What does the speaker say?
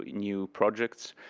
new projects.